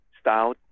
style